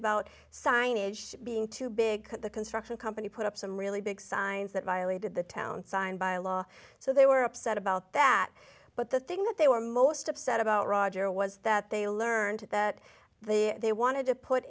about signage being too big the construction company put up some really big signs that violated the town signed by law so they were upset about that but the thing that they were most upset about roger was that they learned that the they wanted to put